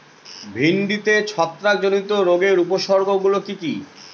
ভিন্ডিতে ছত্রাক জনিত রোগের উপসর্গ গুলি কি কী?